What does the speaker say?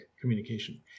communication